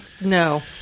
no